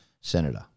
Senator